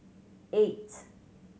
eight